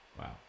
Wow